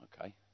okay